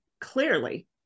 clearly